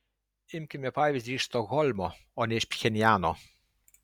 imkime pavyzdį iš stokholmo o ne iš pchenjano